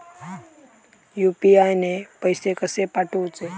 UPI ने पैशे कशे पाठवूचे?